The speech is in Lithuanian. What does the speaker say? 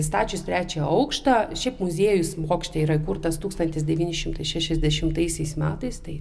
įstačius trečią aukštą šiaip muziejus bokšte yra įkurtas tūkstantis devyni šimtai šešiasdešimtaisiais metais tai